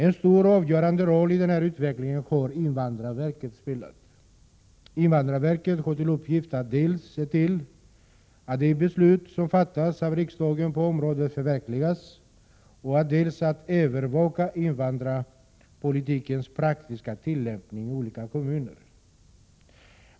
En stor och avgörande roll för denna utveckling har invandrarverket spelat. Invandrarverket har till uppgift dels att se till att de beslut som fattas av riksdagen på området förverkligas, dels att övervaka invandrarpolitikens praktiska tillämpning i olika kommuner.